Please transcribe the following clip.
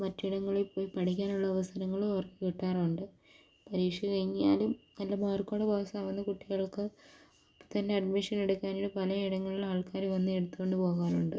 മറ്റ് ഇടങ്ങളിൽ പോയി പഠിക്കാനുള്ള അവസരങ്ങളും അവർക്ക് കിട്ടാറുണ്ട് പരീക്ഷ കഴിഞ്ഞാലും നല്ല മാർക്കോടെ പാസ് ആകുന്ന കുട്ടികൾക്ക് അപ്പം തന്നെ അഡ്മിഷൻ എടുക്കാനും പലയിടങ്ങളിൽ ആൾക്കാർ വന്ന് എടുത്തോണ്ട് പോകാറുണ്ട്